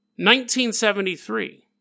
1973